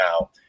now